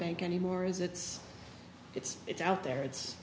bank anymore as it's it's it's out there it's